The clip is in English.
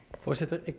for so that.